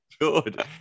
Good